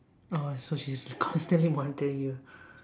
oh so she's constantly monitoring you